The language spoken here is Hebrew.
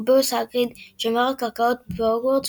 רובאוס האגריד – שומר הקרקעות בהוגוורטס